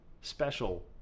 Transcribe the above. special